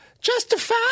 Justify